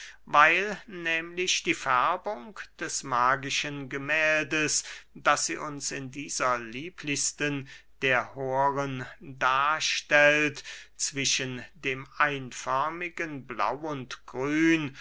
weil nehmlich die färbung des magischen gemähldes das sie uns in dieser lieblichsten der horen darstellt zwischen dem einförmigen blau und grün